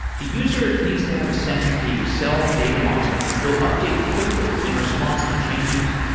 the user needs to have a sense that the excel data model will update quickly in response to changes.